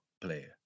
player